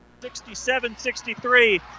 67-63